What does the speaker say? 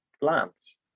plants